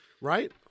right